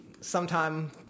sometime